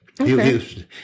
Okay